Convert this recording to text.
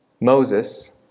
Moses